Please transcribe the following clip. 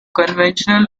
conventional